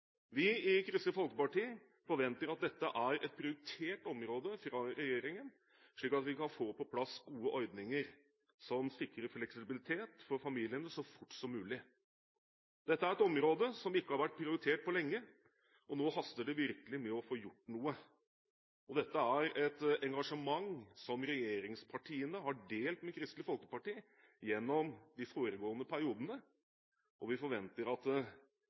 Vi i Kristelig Folkeparti forventer at dette er et prioritert område for regjeringen, slik at vi kan få på plass gode ordninger som sikrer fleksibilitet for familiene, så fort som mulig. Dette er et område som ikke har vært prioritert på lenge, og nå haster det virkelig med å få gjort noe. Dette er et engasjement som regjeringspartiene har delt med Kristelig Folkeparti gjennom de foregående periodene, og vi forventer derfor at